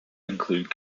include